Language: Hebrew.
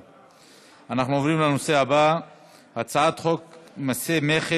להפוך את הצעת חוק הביטוח הלאומי